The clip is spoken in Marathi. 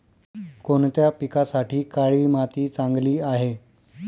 कोणत्या पिकासाठी काळी माती चांगली आहे?